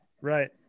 Right